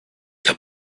the